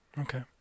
Okay